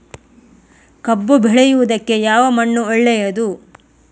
ಕಬ್ಬು ಬೆಳೆಯುವುದಕ್ಕೆ ಯಾವ ಮಣ್ಣು ಒಳ್ಳೆಯದು?